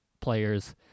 players